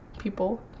people